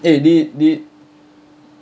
eh did did